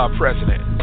president